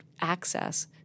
access